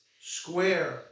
square